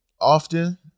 often